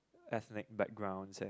ethnic backgrounds and